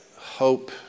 Hope